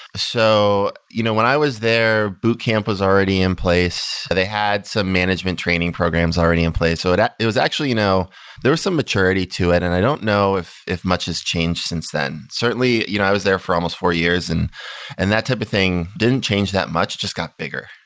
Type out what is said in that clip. so you know when i was there, boot camp was already in place. they had some management training programs already in place. so it was actually you know there was some maturity to it and i don't know if if much has changed since then. certainly, you know i was there for almost four years and and that type of thing didn't change that much, just got bigger.